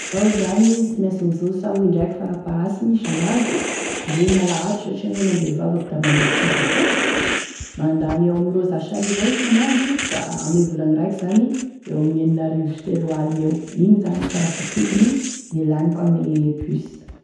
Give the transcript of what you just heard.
Iaho zany sy mainsy mizoso iaho indraiky faraparasiny isan'andro, ndre gn'alahady satria e mandeha mivavaky sy mainsy mandeha bus avao koa, mandany eo amin'ny roa zato sy arivo isan'andro da ame volagny raiky zany eo amin'ny enina arivo sy telo aligny eo, igny zany farafakidiny gne laniko ame bus